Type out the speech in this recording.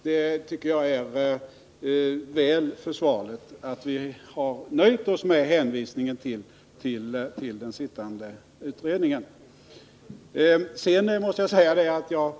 Jag tycker det är väl försvarligt att vi har nöjt oss med hänvisningen till den sittande utredningen.